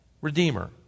redeemer